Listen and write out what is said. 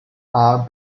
are